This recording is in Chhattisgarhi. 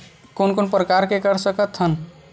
कोन कोन प्रकार के कर सकथ हन?